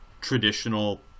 traditional